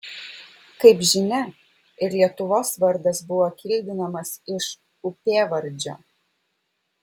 kaip žinia ir lietuvos vardas buvo kildinamas iš upėvardžio